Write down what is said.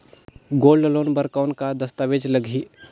Gold loan बर कौन का दस्तावेज लगही?